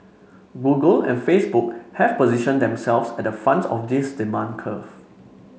Google and Facebook have positioned themselves at the front of this demand curve